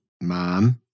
Mom